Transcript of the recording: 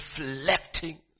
reflecting